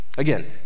again